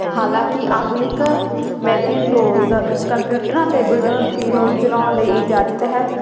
ਹਾਲਾਂਕਿ ਆਧੁਨਿਕ ਮੈਕਿਨਟੋਜ ਕੰਪਿਊਟਰਾਂ 'ਤੇ ਵਿਡੋਜ ਨੂੰ ਚਲਾਉਣ ਦੀ ਇਜਾਜ਼ਤ ਹੈ